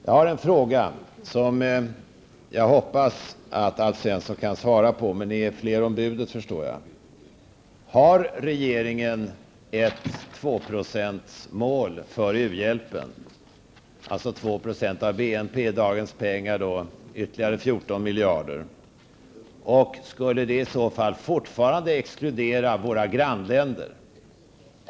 Jag har en fråga som jag hoppas att Alf Svensson kan svara på, men jag förstår att ni är fler om budet. Har regeringen ett tvåprocentsmål för u-hjälpen, alltså 2 % av BNP, i dagens penningvärde ytterligare 14 miljarder? Skulle detta i så fall fortfarande exkludera våra grannländer?